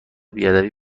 بیادبی